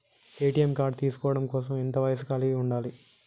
ATM card తీసుకోవడం కోసం ఎంత వయస్సు కలిగి ఉండాలి?